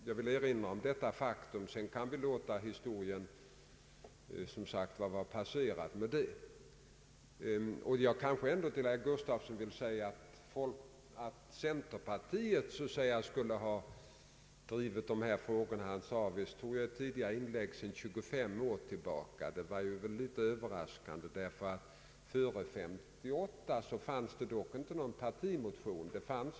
Jag vill erinra om detta faktum och låta historien vara passerad med det. Herr Gustafsson sade i ett tidigare inlägg att centerpartiet skulle ha drivit dessa frågor sedan 25 år. Det var något överraskande eftersom det före 1958 inte fanns någon partimotion i frågan.